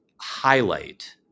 highlight